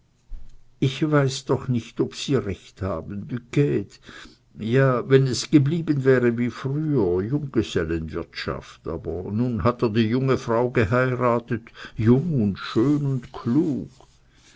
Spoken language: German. ich weiß doch nicht ob sie recht haben duquede ja wenn es geblieben wäre wie früher junggesellenwirtschaft aber nun hat er die junge frau geheiratet jung und schön und klug